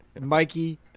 Mikey